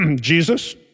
Jesus